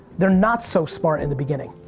they're not so smart in the beginning.